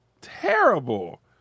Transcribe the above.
terrible